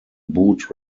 boot